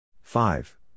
five